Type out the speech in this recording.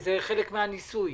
שזה חלק מן הניסוי.